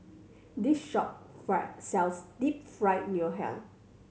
this shop fail sells Deep Fried Ngoh Hiang